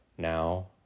now